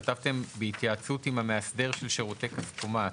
כתבתם: "בהתייעצות עם המאסדר של שירותי כספומט".